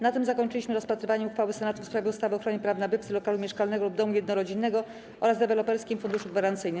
Na tym zakończyliśmy rozpatrywanie uchwały Senatu w sprawie ustawy o ochronie praw nabywcy lokalu mieszkalnego lub domu jednorodzinnego oraz Deweloperskim Funduszu Gwarancyjnym.